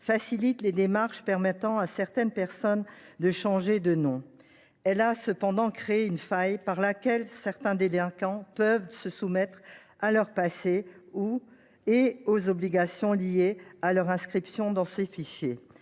facilite les démarches permettant à certaines personnes de changer de nom. Elle a cependant créé une faille et permis à certains délinquants de se soustraire à leur passé et aux obligations liées à leur inscription dans ces fichiers.